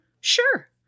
Sure